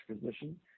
position